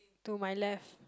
to my left